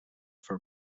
for